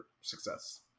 success